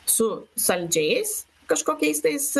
su saldžiais kažkokiais tais